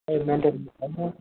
खै मेन्टेनेन्स छैन